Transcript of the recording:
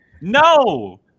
no